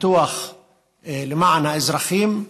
הפיתוח למען האזרחים,